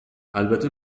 البته